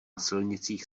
silnicích